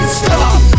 stop